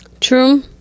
True